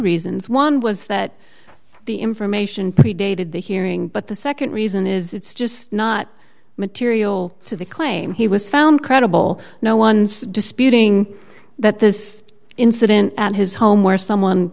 reasons one was that the information predated the hearing but the nd reason is it's just not material to the claim he was found credible no one's disputing that this incident at his home where someone